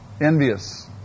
envious